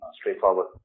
straightforward